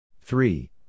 three